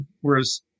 Whereas